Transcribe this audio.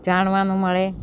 જાણવાનું મળે